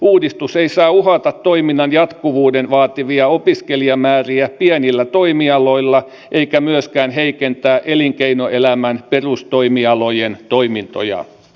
uudistus ei saa uhata toiminnan jatkuvuuden vaatimia opiskelijamääriä pienillä toimialoilla eikä myöskään heikentää elinkeinoelämän perustoimialojen toimintoja